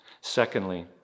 Secondly